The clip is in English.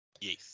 Yes